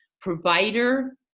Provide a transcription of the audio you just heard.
provider